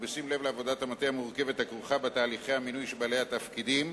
ובשים לב לעבודת המטה המורכבת הכרוכה בתהליכי המינוי של בעלי התפקידים,